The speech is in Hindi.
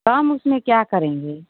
कम उसमें क्या करेंगे